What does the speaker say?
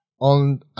on